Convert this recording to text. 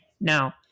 Now